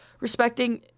respecting